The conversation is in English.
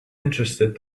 interested